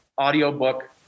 audiobook